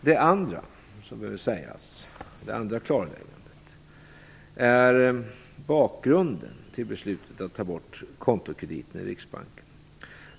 Det andra är bakgrunden till beslutet att ta bort kontokrediten i Riksbanken.